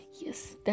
Yes